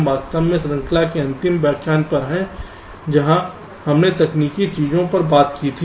यह वास्तव में श्रृंखला का अंतिम व्याख्यान है जहां हमने तकनीकी चीजों पर बात की थी